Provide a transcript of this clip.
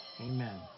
Amen